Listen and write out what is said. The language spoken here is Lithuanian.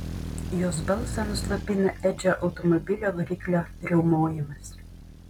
jos balsą nuslopina edžio automobilio variklio riaumojimas